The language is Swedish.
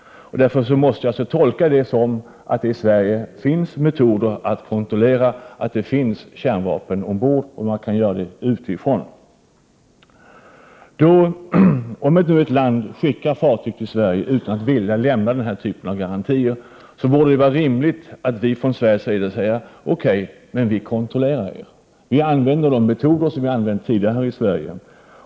Därför måste jag utgå ifrån att det i Sverige finns metoder för att utifrån kontrollera om det finns kärnvapen ombord. Om nu ett land skickar fartyg till Sverige utan att vilja lämna de begärda garantierna, vore det rimligt för oss att säga: Okej, men vi kontrollerar er — vi använder de metoder vi använt tidigare här i Sverige.